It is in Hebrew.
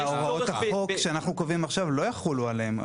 הוראות החוק שאנחנו קובעים עכשיו לא יחולו עליהם,